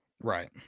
Right